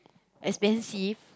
expensive